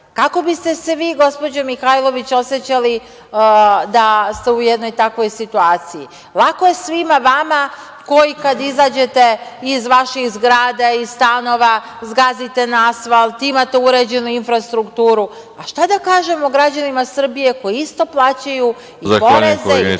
Kako biste se vi, gospođo Mihajlović, osećali da ste u jednoj takvoj situaciji? Lako je svima vama koji kada izađete iz vaših zgrada, iz stanova, zgazite na asfalt, imate urađenu infrastrukturu, a šta da kažemo građanima Srbije koji isto plaćaju i poreze i